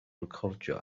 recordio